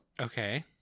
okay